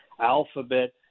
Alphabet